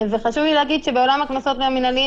חשוב לי להגיד שבעולם הקנסות המינהליים